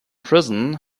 prison